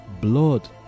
blood